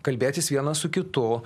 kalbėtis vienas su kitu